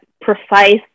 precise